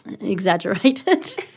exaggerated